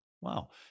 Wow